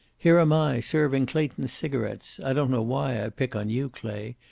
here am i, serving clayton's cigarets i don't know why i pick on you, clay.